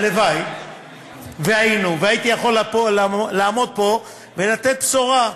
הלוואי שהייתי יכול לעמוד פה ולתת בשורה,